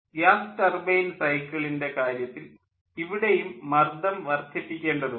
gas turbine സൈക്കിളിൻ്റെ കാര്യത്തിൽ ഇവിടെയും മർദ്ദം വർദ്ധിപ്പിക്കേണ്ടതുണ്ട്